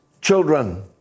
children